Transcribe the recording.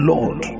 Lord